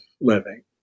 living